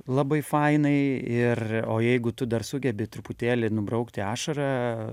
labai fainai ir o jeigu tu dar sugebi truputėlį nubraukti ašarą